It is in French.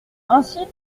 ainsi